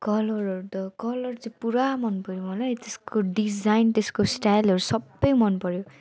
कलरहरू त कलर चाहिँ पुरा मन पर्यो मलाई त्यसको डिजाइन त्यसको स्टाइलहरू सबै मन पर्यो